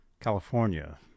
California